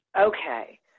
Okay